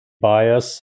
bias